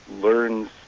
learns